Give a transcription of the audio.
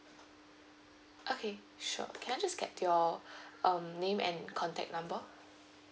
okay sure can I just get your um name and contact number